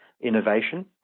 innovation